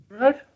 Right